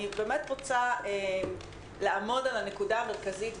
אני רוצה לעמוד על הנקודה המרכזית,